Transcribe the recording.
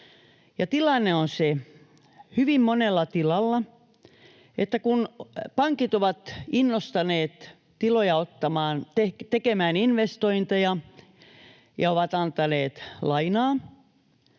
Tilanne on hyvin monella tilalla se, että kun pankit ovat innostaneet tiloja tekemään investointeja ja ovat antaneet lainaa,